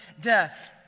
death